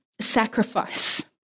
sacrifice